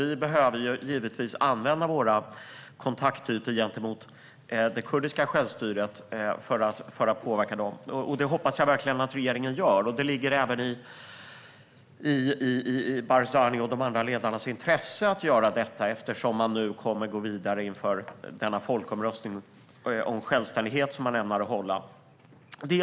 Vi behöver givetvis använda våra kontaktytor gentemot det kurdiska självstyret för att påverka. Det hoppas jag verkligen att regeringen gör. Det ligger även i Barzanis och de andra ledarnas intresse att göra detta, eftersom de nu kommer att gå vidare inför den folkomröstning om självständighet som man ämnar hålla. Fru talman!